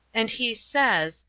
and he says,